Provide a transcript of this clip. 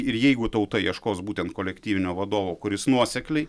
ir jeigu tauta ieškos būtent kolektyvinio vadovo kuris nuosekliai